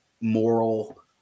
moral